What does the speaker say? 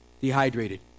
dehydrated